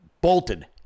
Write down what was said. bolted